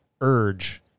urge